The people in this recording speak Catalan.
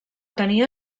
tenia